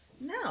No